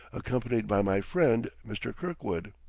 accompanied by my friend, mr. kirkwood.